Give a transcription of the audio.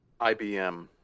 IBM